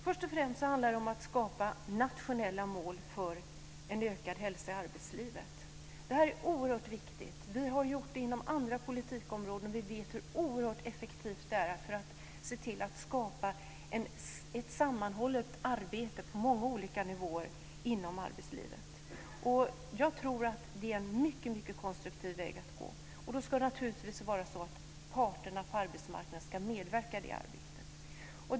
Först och främst handlar det om att skapa nationella mål för en ökad hälsa i arbetslivet. Det här är oerhört viktigt. Vi har gjort det inom andra politikområden, och vi vet hur oerhört effektivt det är för att se till att skapa ett sammanhållet arbete på många olika nivåer inom arbetslivet. Jag tror att det är en mycket konstruktiv väg att gå, och då ska det naturligtvis vara så att parterna på arbetsmarknaden ska medverka i det arbetet.